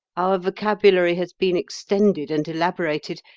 our vocabulary has been extended and elaborated,